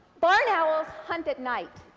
barn owls hunt at night.